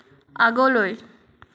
আগলৈ